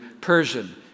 Persian